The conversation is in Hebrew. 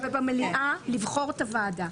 ובמליאה לבחור את הוועדה.